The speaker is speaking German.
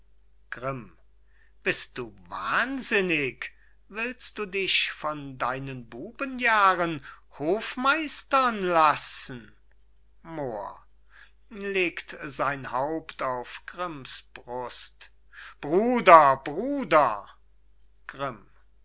grimm bist du wahnsinnig willst du dich von deinen bubenjahren hofmeistern lassen moor legt sein haupt auf grimms brust bruder bruder grimm